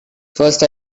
first